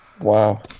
Wow